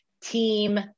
team